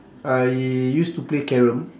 I used to play carrom